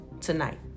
tonight